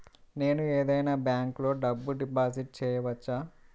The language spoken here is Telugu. నేను ఏదైనా బ్యాంక్లో డబ్బు డిపాజిట్ చేయవచ్చా?